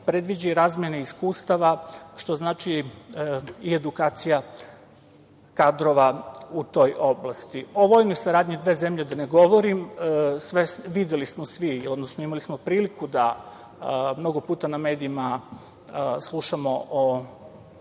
predviđa i razmena iskustava, što znači i edukacija kadrova u toj oblasti.O vojnoj saradnji dve zemlje da ne govorim. Videli smo svi, odnosno imali smo priliku da mnogo puta u medijima slušamo o